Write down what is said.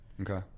Okay